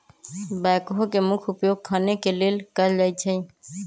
backhoe के मुख्य उपयोग खने के लेल कयल जाइ छइ